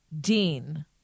dean